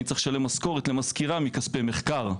אני צריך לשלם משכורת למזכירה מכספי מחקר,